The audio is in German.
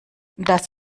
das